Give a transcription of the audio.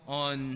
on